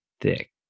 thick